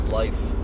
life